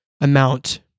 amount